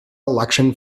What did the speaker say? election